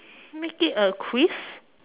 make it a quiz